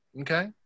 Okay